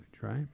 right